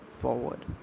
forward